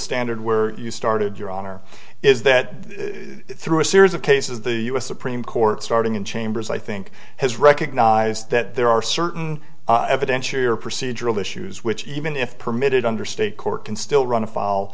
standard where you started your honor is that through a series of cases the u s supreme court starting in chambers i think has recognized that there are certain evidentiary or procedural issues which even if permitted under state court can still run afoul